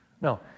No